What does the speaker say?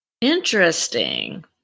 Interesting